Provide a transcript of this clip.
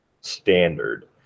standard